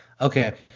okay